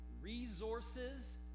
Resources